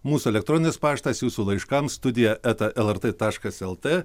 mūsų elektroninis paštas jūsų laiškams studija eta lrt taškas lt